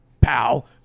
pal